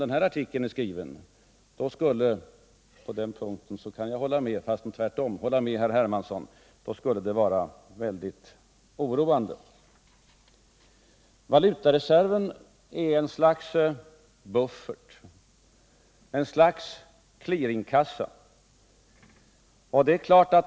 Men skulle vi skriva dem på det sätt som den här artikeln är skriven, skulle det vara väldigt oroande. Valutareserven är ett slags buffert, ett slags clearingkassa.